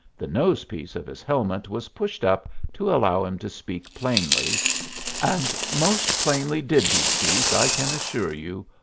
the nose-piece of his helmet was pushed up to allow him to speak plainly and most plainly did he speak, i can assure you,